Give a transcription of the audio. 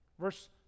Verse